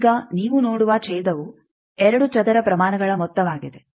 ಈಗ ನೀವು ನೋಡುವ ಛೇದವು ಎರಡು ಚದರ ಪ್ರಮಾಣಗಳ ಮೊತ್ತವಾಗಿದೆ